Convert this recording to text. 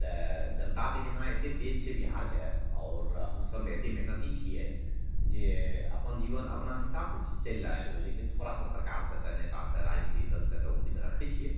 तऽ जनता तऽ यहाँ एतेक तेज छै बिहारके आओर हमसभ एतेक मेहनती छिए जे अपन जीवन अपना हिसाबसे चलै लेबै लेकिन थोड़ा सरकारसे नेतासे राजनीतिक दलसे तऽ उम्मीद रखै छिए